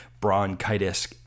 bronchitis